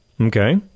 Okay